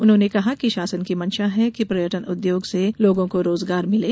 उन्होंने कहा कि शासन की मंशा है कि पर्यटन उद्योग से लोगों को रोजगार मिले